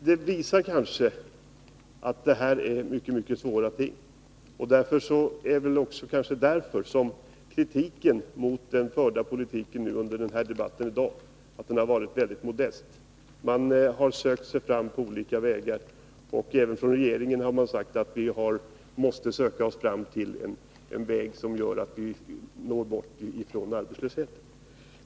Det visar kanske att det här är mycket svåra ting. Det är väl kanske också därför som kritiken mot den förda politiken under debatten varit mycket modest. Man har sökt sig fram på olika vägar, och även från regeringens sida har man sagt att vi måste söka oss fram till en väg bort från arbetslösheten.